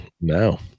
no